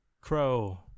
crow